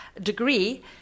degree